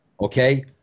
okay